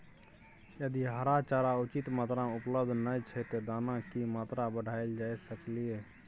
यदि हरा चारा उचित मात्रा में उपलब्ध नय छै ते दाना की मात्रा बढायल जा सकलिए?